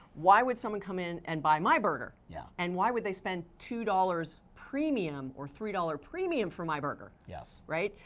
why would someone come in, and buy my burger? yeah. and why would they spend two dollars premium, or three dollar premium for my burger? yes. right?